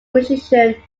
musician